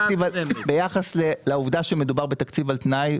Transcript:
ביחס לעובדה שמדובר בתקציב על תנאי,